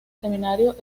seminario